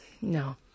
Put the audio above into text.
No